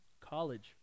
College